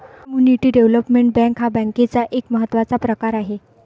community development bank हा बँकेचा एक महत्त्वाचा प्रकार आहे